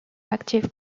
active